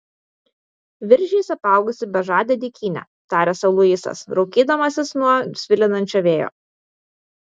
viržiais apaugusi bežadė dykynė tarė sau luisas raukydamasis nuo svilinančio vėjo